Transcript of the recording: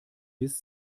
bis